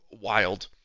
wild